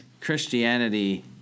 Christianity